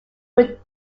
will